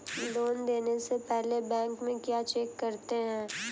Loan देने से पहले बैंक में क्या चेक करते हैं?